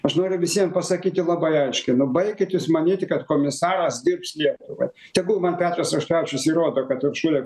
aš noriu visiem pasakyti labai aiškiai na baikit jūs manyti kad komisaras dirbs lietuvai tegul man petras auštrevičius įrodo kad uršulė